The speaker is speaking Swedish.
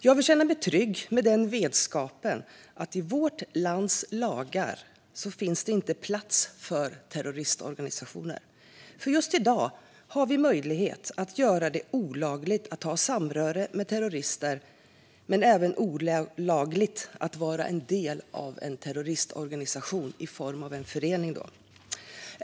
Jag vill känna mig trygg med vetskapen att det i vårt lands lagar inte finns plats för terroristorganisationer. Just i dag har vi möjlighet att göra det olagligt att ha samröre med terrorister och att vara en del av en terroristorganisation i form av en förening.